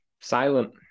Silent